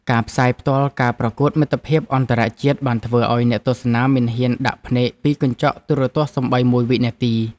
ការផ្សាយផ្ទាល់ការប្រកួតមិត្តភាពអន្តរជាតិបានធ្វើឱ្យអ្នកទស្សនាមិនហ៊ានដាក់ភ្នែកពីកញ្ចក់ទូរទស្សន៍សូម្បីមួយវិនាទី។